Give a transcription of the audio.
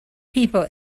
people